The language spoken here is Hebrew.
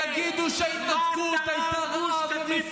אתה חושב שההתנתקות הייתה טובה או לא?